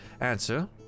answer